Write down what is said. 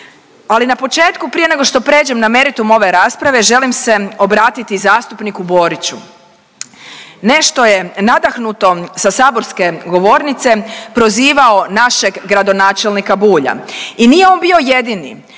Ali na početku prije nego što pređem na meritum ove rasprave želim se obratiti zastupniku Boriću. Nešto je nadahnuto sa saborske govornice prozivao našeg gradonačelnika Bulja. I nije on bio jedini.